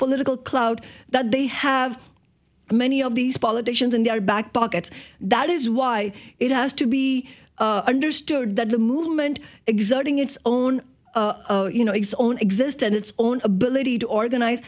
political clout that they have many of these politicians in their back pockets that is why it has to be understood that the movement exerting its own you know it's own exist and its own ability to organize